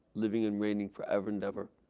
living and reigning forever and ever.